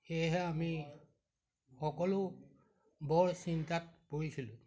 সেয়েহে আমি সকলো বৰ চিন্তাত পৰিছিলোঁ